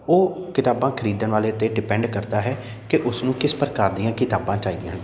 ਉਹ ਕਿਤਾਬਾਂ ਖਰੀਦਣ ਵਾਲੇ 'ਤੇ ਡਿਪੈਂਡ ਕਰਦਾ ਹੈ ਕਿ ਉਸ ਨੂੰ ਕਿਸ ਪ੍ਰਕਾਰ ਦੀਆਂ ਕਿਤਾਬਾਂ ਚਾਹੀਦੀਆਂ ਹਨ